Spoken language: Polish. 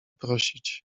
prosić